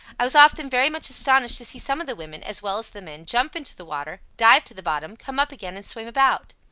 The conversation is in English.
i was often very much astonished to see some of the women, as well as the men, jump into the water, dive to the bottom, come up again, and swim about.